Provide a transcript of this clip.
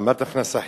השלמת הכנסה חלקן.